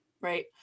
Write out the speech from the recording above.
Right